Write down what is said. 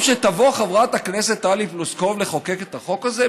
שתבוא חברת הכנסת טלי פלוסקוב לחוקק את החוק הזה?